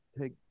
take